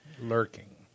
Lurking